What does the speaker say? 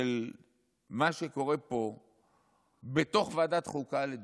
במה שקורה פה בתוך ועדת החוקה, לדוגמה,